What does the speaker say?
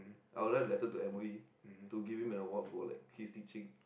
I'll write a letter to m_o_e to give him an award for like his teaching